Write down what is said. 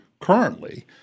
currently